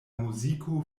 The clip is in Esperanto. muziko